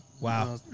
Wow